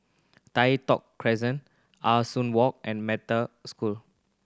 Tai Thong Crescent Ah Soo Walk and Metta School